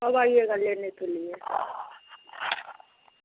कब आइएगा लेने के लिए